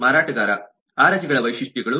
ಮಾರಾಟಗಾರ ಆ ರಜೆಗಳ ವೈಶಿಷ್ಟ್ಯಗಳು